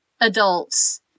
adults